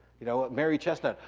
you know, mary chestnut,